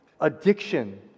addiction